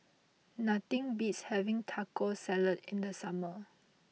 nothing beats having Taco Salad in the summer